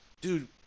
Dude